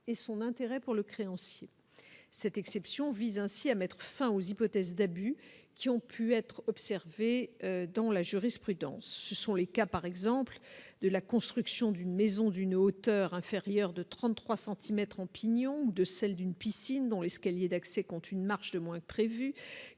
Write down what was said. et son intérêt pour le créancier cette exception vise ainsi à mettre fin aux hypothèses d'abus qui ont pu être observées dans la jurisprudence, ce sont les cas par exemple de la construction d'une maison d'une hauteur inférieure de 33 centimètres ont pignon de celle d'une piscine dans l'escalier d'accès compte une marche de moins que prévu,